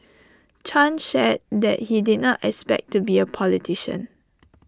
chan shared that he did not expect to be A politician